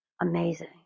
Amazing